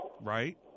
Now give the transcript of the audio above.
Right